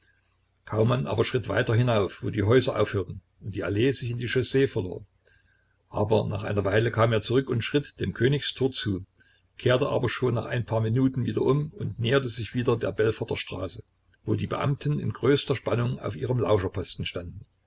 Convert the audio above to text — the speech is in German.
kaumann aber schritt weiter hinauf wo die häuser aufhörten und die allee sich in die chaussee verlor aber nach einer weile kam er zurück und schritt dem königs tor zu kehrte aber schon nach ein paar minuten wieder um und näherte sich wieder der belforter straße wo die beamten in größter spannung auf ihrem lauscherposten standen